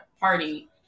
party